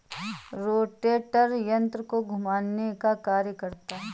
rotator यन्त्र को घुमाने का कार्य करता है